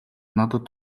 надад